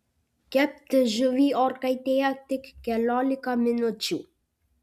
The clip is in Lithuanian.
kepti žuvį orkaitėje tik keliolika minučių